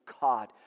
God